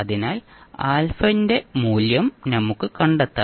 അതിനാൽ α ന്റെ മൂല്യം നമുക്ക് കണ്ടെത്താം